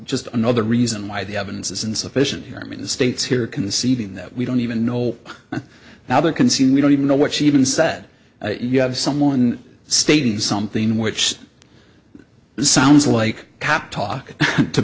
just another reason why the evidence is insufficient here in the states here conceding that we don't even know now they're consumed we don't even know what she even said you have someone stating something which sounds like cap talk to